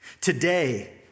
Today